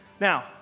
Now